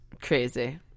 crazy